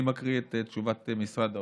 אני מקריא את תשובת משרד האוצר,